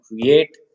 create